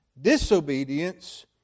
disobedience